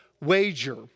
Wager